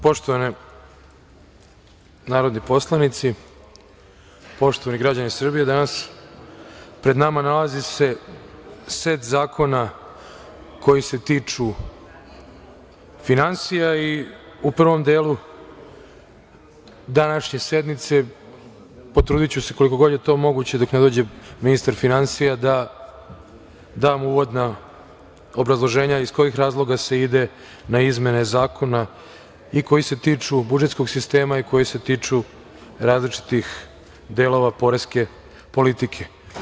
Poštovani narodni poslanici, poštovani građani Srbije, danas se pred nama nalazi set zakona koji se tiču finansija, i u prvom delu današnje sednice, potrudiću se koliko god je to moguće dok ne dođe ministar finansija, da dam uvodna obrazloženja iz kojih razloga se ide na izmene zakona i koji se tiču budžetskog sistema i koji se tiču različitih delova poreske politike.